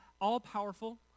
all-powerful